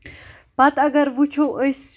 پَتہٕ اگر وُچھو أسۍ